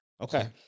Okay